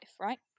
right